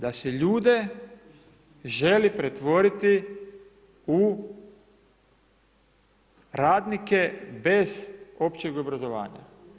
Da se ljude želi pretvoriti u radnike bez općeg obrazovanja.